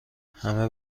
همه